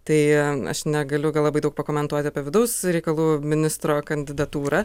tai aš negaliu gal labai daug pakomentuoti apie vidaus reikalų ministro kandidatūrą